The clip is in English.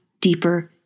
deeper